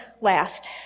last